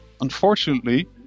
unfortunately